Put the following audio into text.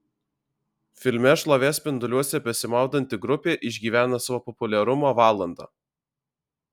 filme šlovės spinduliuose besimaudanti grupė išgyvena savo populiarumo valandą